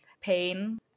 pain